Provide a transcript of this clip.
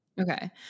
okay